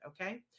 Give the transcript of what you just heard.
Okay